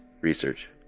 research